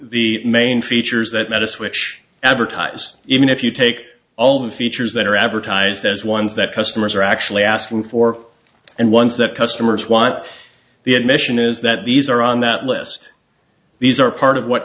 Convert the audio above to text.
the main features that medicine which advertise even if you take all the features that are advertised as ones that customers are actually asking for and once that customers want the admission is that these are on that list these are part of what